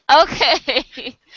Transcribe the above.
Okay